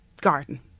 garden